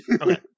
Okay